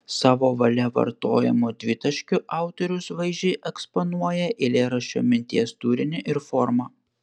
savo valia vartojamu dvitaškiu autorius vaizdžiai eksponuoja eilėraščio minties turinį ir formą